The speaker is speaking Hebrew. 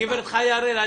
על זה אנחנו מדברים.